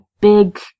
big